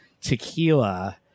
tequila